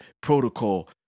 protocol